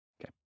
Okay